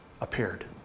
appeared